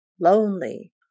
lonely